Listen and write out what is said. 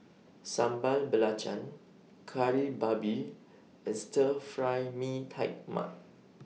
Sambal Belacan Kari Babi and Stir Fry Mee Tai Mak